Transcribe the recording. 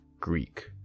Greek